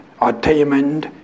attainment